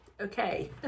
Okay